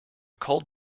cold